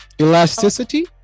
elasticity